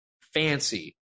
fancy